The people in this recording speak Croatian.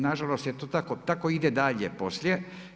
Na žalost je to tako, tako ide dalje poslije.